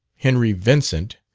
henry vincent,